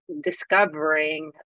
discovering